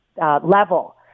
Level